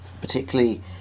particularly